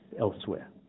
elsewhere